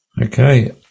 Okay